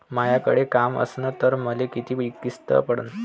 मायाकडे काम असन तर मले किती किस्त पडन?